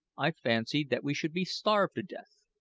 i fancied that we should be starved to death.